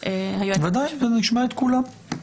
בוודאי, נשמע את כולם.